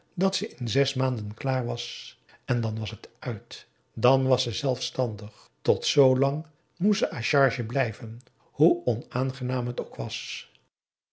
dat ze in zes maanden klaar was en dan was het uit dan was ze zelfstandig tot zlang moest ze à charge blijven hoe onaangenaan het ook was